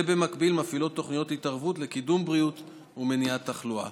במקביל מופעלות תוכניות התערבות לקידום בריאות ומניעת תחלואה.